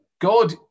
God